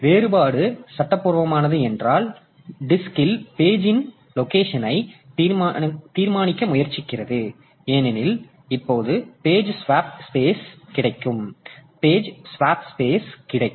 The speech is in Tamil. வேறுபாடு சட்டப்பூர்வமானது என்றால் அது டிஸ்க்ல் பேஜ்ன் லொகேஷன்ஐ தீர்மானிக்க முயற்சிக்கிறது ஏனெனில் இப்போது பேஜ் ஸ்வாப்பு ஸ்பேஸ் இல் கிடைக்கும்